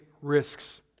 risks